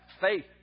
faith